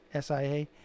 SIA